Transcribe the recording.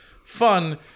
Fun